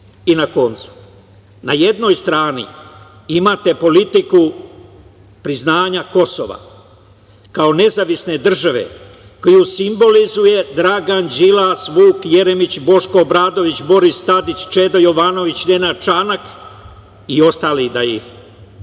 koncu, jednoj strani imate politiku priznanja Kosova kao nezavisne države koju simbolizuju Dragan Đilas, Vuk Jeremić, Boško Obradović, Boris Tadić, Čeda Jovanović, Nenad Čanak i ostali, da ih ne